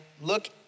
look